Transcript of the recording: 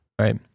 Right